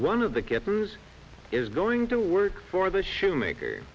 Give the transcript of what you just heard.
one of the keepers is going to work for the show maker